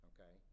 Okay